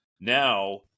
now